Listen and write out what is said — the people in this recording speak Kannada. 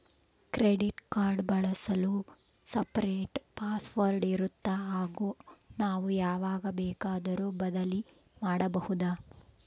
ಕ್ರೆಡಿಟ್ ಕಾರ್ಡ್ ಬಳಸಲು ಸಪರೇಟ್ ಪಾಸ್ ವರ್ಡ್ ಇರುತ್ತಾ ಹಾಗೂ ನಾವು ಯಾವಾಗ ಬೇಕಾದರೂ ಬದಲಿ ಮಾಡಬಹುದಾ?